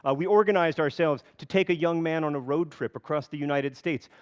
ah we organized ourselves to take a young man on a road trip across the united states.